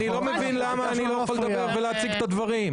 אני לא מבין למה אני לא יכול לדבר ולהציג את הדברים.